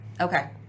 okay